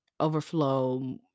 overflow